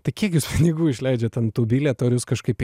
tai kiek jūs pinigų išleidžiat ant tų bilietų ar jūs kažkaip